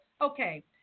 Okay